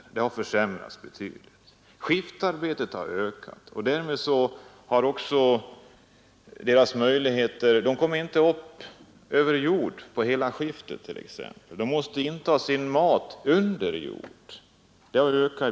Skiftarbete förekommer i betydligt större utsträckning än tidigare, och därmed har också arbetarnas möjligheter att komma upp ur gruvan minskat de kommer inte ovan jord på hela skiftet, utan de måste inta sin mat under jord.